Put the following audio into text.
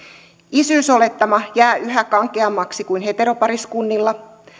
isyysolettama jää yhä kankeammaksi kuin heteropariskunnilla